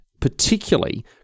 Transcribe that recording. particularly